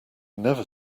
never